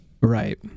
Right